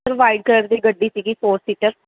sir white colour ਦੀ ਗੱਡੀ ਸੀਗੀ ਫੋਰ ਸੀਟਰ